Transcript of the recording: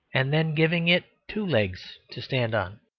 and then giving it two legs to stand on.